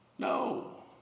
No